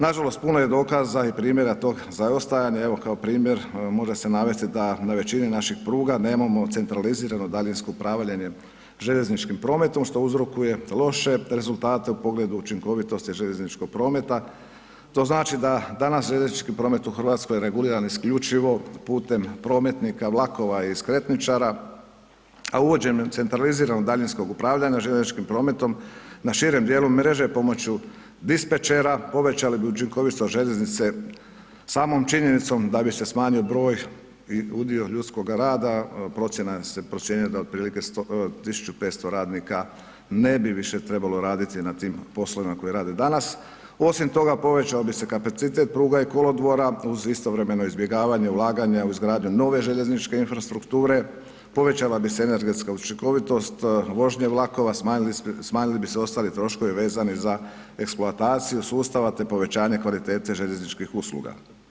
Nažalost puno je dokaza i primjera tog zaostajanja, evo kao primjer može se navesti da na većini naših pruga nemamo centralizirano daljinsko upravljanje željezničkim prometom što uzrokuje loše rezultate u pogledu učinkovitosti željezničkog prometa, to znači da danas željeznički promet u Hrvatskoj je reguliran isključivo putem prometnika vlakova i skretničara a uvođenje centraliziranog daljinskog upravljanja željezničkim prometa na širem djelu mreže pomoću dispečera, povećali bi učinkovitost željeznice samom činjenicom da bi se smanjio broj i udio ljudskog rada, procjena se procjenjuje da otprilike 1500 radnika ne bi više trebalo raditi na tim poslovima koji rade danas, osim toga povećao bi se kapacitet pruga i kolodvora uz istovremeno izbjegavanje ulaganja u izgradnju nove željezničke infrastrukture, povećala bi se energetska učinkovitost vožnje vlakova, smanjili bi se ostali troškovi vezani za eksploataciju sustava te povećanje kvalitete željezničkih usluga.